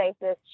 basis